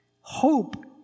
hope